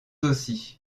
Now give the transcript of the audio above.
aussi